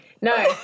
No